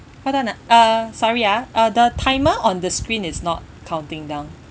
hold on ah uh sorry ah uh the timer on the screen is not counting down